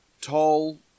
tall